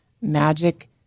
magic